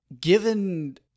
given